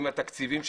עם התקציבים שקיבלנו,